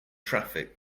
traffic